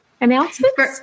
announcements